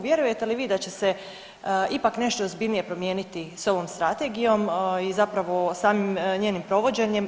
Vjerujete li vi da će se ipak nešto ozbiljnije promijeniti s ovom strategijom i zapravo samim njenim provođenjem?